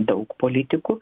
daug politikų